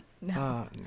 no